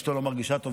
אשתו לא מרגישה טוב,